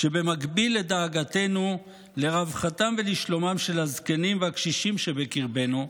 שבמקביל לדאגתנו לרווחתם ולשלומם של הזקנים והקשישים שבקרבנו,